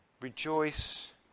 Rejoice